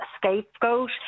scapegoat